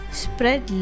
spread